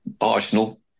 Arsenal